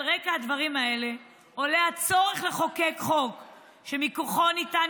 על רקע הדברים האלה עולה הצורך לחוקק חוק שמכוחו יהיה ניתן